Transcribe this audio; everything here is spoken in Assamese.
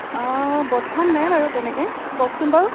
অ' বৰ্তমান নাই বাৰু তেনেকৈ কওকচোন বাৰু